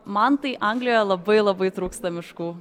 man tai anglijoje labai labai trūksta miškų